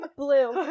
blue